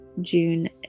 June